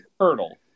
turtle